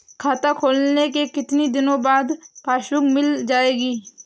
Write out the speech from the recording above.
खाता खोलने के कितनी दिनो बाद पासबुक मिल जाएगी?